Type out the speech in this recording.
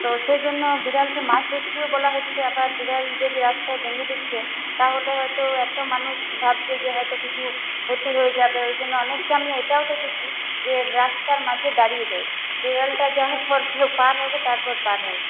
তো সেই জন্য বিড়ালকে মা ষষ্ঠীও বলা হচ্ছে আবার বিড়াল যদি রাস্তায় ডিঙিয়ে দিচ্ছে তাহলে হয়তো একটা মানুষ ভাবছে যে হয়তো কিছু ক্ষতি হয়ে যাবে ওই জন্য অনেককে আমি এটাও দেখেছি যে রাস্তার মাঝে দাঁড়িয়ে যায় বিড়ালটা যাওয়ার পর কেউ পার হবে তারপর পার হয়